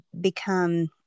become